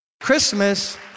Christmas